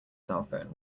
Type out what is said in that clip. cellphone